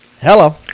Hello